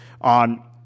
on